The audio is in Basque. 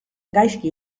gaizki